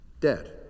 Dead